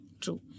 true